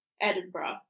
Edinburgh